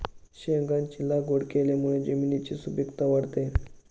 शेंगांची लागवड केल्यामुळे जमिनीची सुपीकता वाढते